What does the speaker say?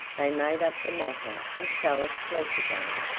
they made up the matter and fell asleep again.